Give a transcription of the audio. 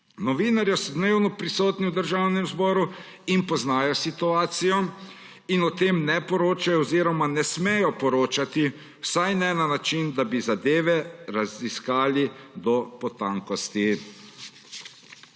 Novinarji so dnevno prisotni v Državnem zboru, poznajo situacijo in o tem ne poročajo oziroma ne smejo poročati, vsaj ne na način, da bi zadeve raziskali do potankosti.